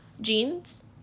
jeans